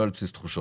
לא על בסיס תחושות.